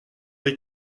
des